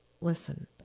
Listen